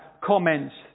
comments